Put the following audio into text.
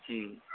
ம்